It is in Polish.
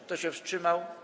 Kto się wstrzymał?